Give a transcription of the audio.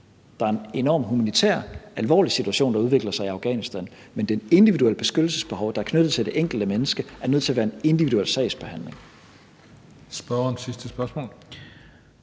Der er en enormt alvorlig humanitær situation, der udvikler sig i Afghanistan, men det individuelle beskyttelsesbehov, der er knyttet til det enkelte menneske, er nødt til at være ud fra en individuel sagsbehandling. Kl. 16:16 Den fg.